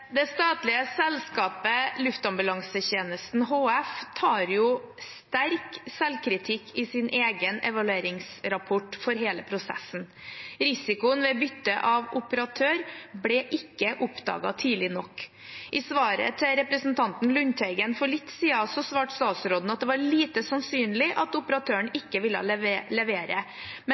Det statlige selskapet Luftambulansetjenesten HF tar sterk selvkritikk i sin egen evalueringsrapport for hele prosessen. Risikoen ved bytte av operatør ble ikke oppdaget tidlig nok. I svaret til representanten Lundteigen for litt siden, sa statsråden at det var lite sannsynlig at operatøren ikke ville levere. Men